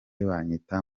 banyita